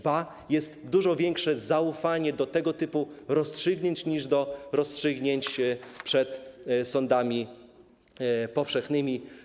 Ba, jest dużo większe zaufanie do tego typu rozstrzygnięć niż do rozstrzygnięć przed sądami powszechnymi.